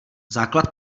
základ